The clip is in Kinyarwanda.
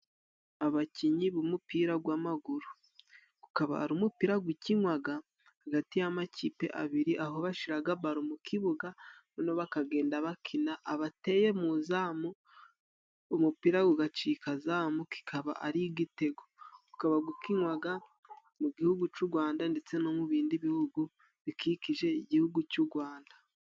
Abakinyi b'umupira gw'amaguru. Ukaba ari umupira gukinwaga hagati y'amakipe abiri, aho bashiraga balo mu kibuga noneho bakagenda bakina. Abateye mu izamu, umupira ugacika zamu, kikaba ari igitego. Gukaba gukinwaga mu Gihugu cy'u Gwanda ndetse no mu bindi bihugu bikikije Igihugu cy'u Gwanda.